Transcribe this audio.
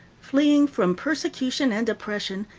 fleeing from persecution and oppression,